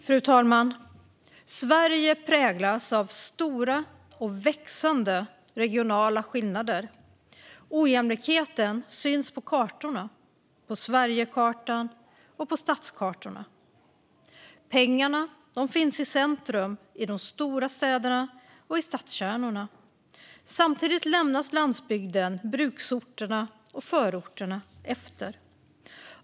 Fru talman! Sverige präglas av stora och växande regionala skillnader. Ojämlikheten syns på kartorna, på Sverigekartan och på stadskartorna. Pengarna finns i centrum, i de stora städerna och i stadskärnorna. Samtidigt lämnas landsbygden, bruksorterna och förorterna efter.